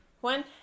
One